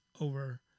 over